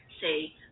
say